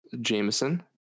Jameson